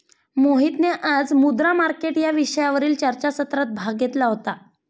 मोहितने आज मुद्रा मार्केट या विषयावरील चर्चासत्रात भाग घेतला होता